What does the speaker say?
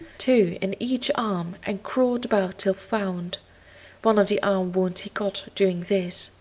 two in each arm, and crawled about till found one of the arm wounds he got doing this.